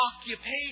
occupation